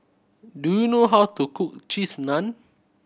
do you know how to cook Cheese Naan